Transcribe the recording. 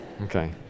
okay